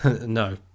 No